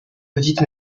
petites